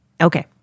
Okay